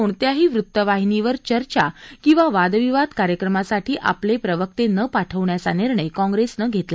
कोणत्याही वृत्तवाहिनीवर चर्चा किंवा वादविवाद कार्यक्रमासाठी आपले प्रवक्ते न पाठवण्याचा निर्णय काँग्रेस पक्षाने घेतला आहे